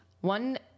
one